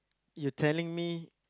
you telling me